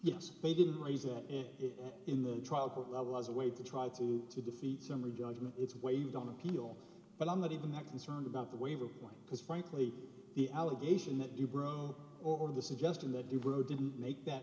yes they didn't raise that in the trial court level as a way to try to to defeat summary judgment it's waived on appeal but i'm not even that concerned about the waiver point because frankly the allegation that you broke or the suggestion that you bro didn't make that